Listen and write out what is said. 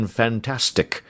fantastic